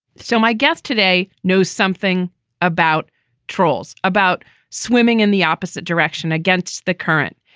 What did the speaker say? so my guest today knows something about trolls, about swimming in the opposite direction against the current.